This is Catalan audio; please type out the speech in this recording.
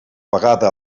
vegada